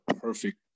perfect